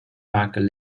maken